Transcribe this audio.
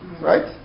Right